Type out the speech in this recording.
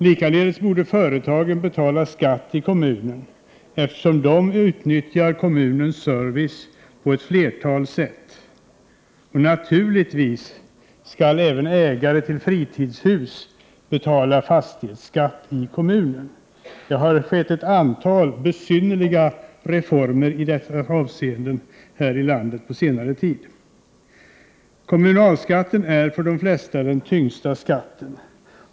Likaledes borde företagen betala skatt i kommunen, eftersom de utnyttjar kommunens service på ett flertal sätt. Och naturligtvis skall även ägare av fritidshus betala fastighetsskatt i kommunen. Det har skett ett antal besynnerliga reformer i dessa avseenden här i landet på senare tid. Kommunalskatten är för de flesta den tyngsta skatten.